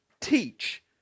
teach